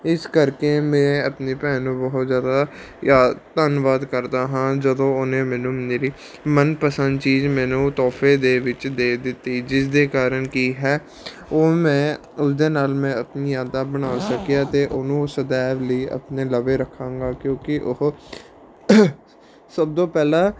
ਇਸ ਕਰਕੇ ਮੈਂ ਆਪਣੀ ਭੈਣ ਨੂੰ ਬਹੁਤ ਜ਼ਿਆਦਾ ਯਾਦ ਧੰਨਵਾਦ ਕਰਦਾ ਹਾਂ ਜਦੋਂ ਉਹਨੇ ਮੈਨੂੰ ਮੇਰੀ ਮਨਪਸੰਦ ਚੀਜ਼ ਮੈਨੂੰ ਤੋਹਫੇ ਦੇ ਵਿੱਚ ਦੇ ਦਿੱਤੀ ਜਿਸ ਦੇ ਕਾਰਨ ਕੀ ਹੈ ਉਹ ਮੈਂ ਉਸਦੇ ਨਾਲ ਮੈਂ ਆਪਣੀ ਯਾਦਾਂ ਬਣਾ ਸਕਿਆ ਅਤੇ ਉਹਨੂੰ ਸਦੈਵ ਲਈ ਆਪਣੇ ਲਵੇ ਰੱਖਾਂਗਾ ਕਿਉਂਕਿ ਉਹ ਸਭ ਤੋਂ ਪਹਿਲਾ